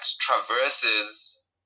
traverses